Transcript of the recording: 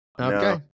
Okay